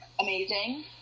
Amazing